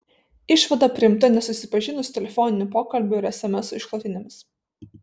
išvada priimta nesusipažinus su telefoninių pokalbių ir esemesų išklotinėmis